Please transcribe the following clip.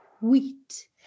wheat